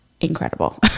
incredible